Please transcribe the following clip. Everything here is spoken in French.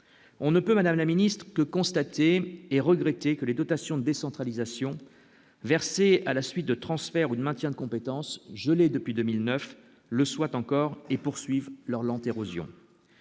on ne peut Madame la Ministre, que constater et regretter que les dotations décentralisation versées à la suite de transfert ou de maintien, de compétence, gelé depuis 2009 le soit encore et poursuivent leur lente érosion.